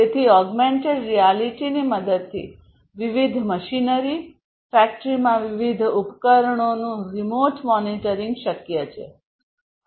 તેથી ઓગમેન્ટેડ રિયાલિટીની મદદથી વિવિધ મશીનરી ફેક્ટરીમાં વિવિધ ઉપકરણોનું રીમોટ મોનિટરિંગ શક્ય છે